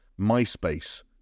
MySpace